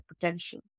potential